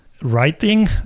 writing